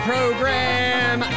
program